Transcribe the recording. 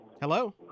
Hello